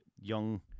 young